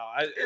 no